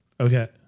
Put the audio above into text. Okay